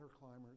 climbers